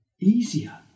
easier